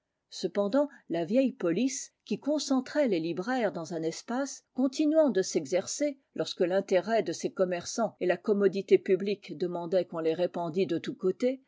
cependant la vieille police qui concentrait les libraires dans un espace continuant de s'exercer lorsque l'intérêt de ces commerçants et la commodité publique demandaient qu'on les répandît de tous côtés